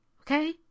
Okay